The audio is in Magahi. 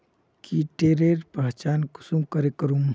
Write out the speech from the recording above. कीटेर पहचान कुंसम करे करूम?